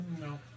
No